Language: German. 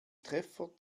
treffer